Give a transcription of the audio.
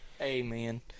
Amen